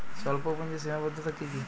স্বল্পপুঁজির সীমাবদ্ধতা কী কী?